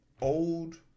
old